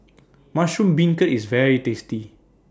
Mushroom Beancurd IS very tasty